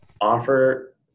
Offer